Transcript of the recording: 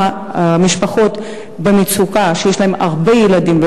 משפחות במצוקה שיש להן הרבה ילדים,